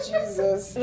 Jesus